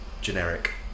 generic